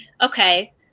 okay